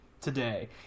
today